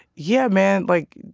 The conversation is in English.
yeah, man like,